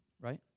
Right